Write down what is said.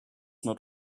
not